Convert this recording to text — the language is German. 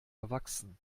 erwachsen